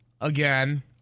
again